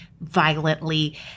violently